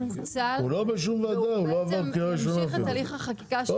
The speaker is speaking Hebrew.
הוא פוצל והוא בעצם ממשיך את הליך החקיקה שלו